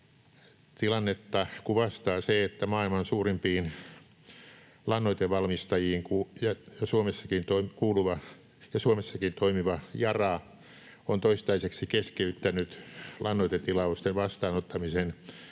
Tilannetta kuvastaa se, että maailman suurimpiin lannoitevalmistajiin kuuluva ja Suomessakin toimiva Yara on toistaiseksi keskeyttänyt lannoitetilausten vastaanottamisen